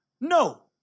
No